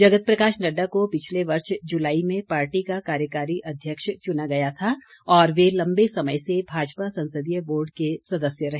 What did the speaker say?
जगत प्रकाश नड्डा को पिछले वर्ष जुलाई में पार्टी का कार्यकारी अध्यक्ष चुना गया था और वे लंबे समय से भाजपा संसदीय बोर्ड के सदस्य रहे